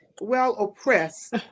well-oppressed